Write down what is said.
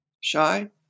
shy